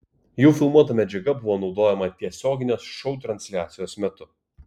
jų filmuota medžiaga buvo naudojama tiesioginės šou transliacijos metu